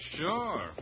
Sure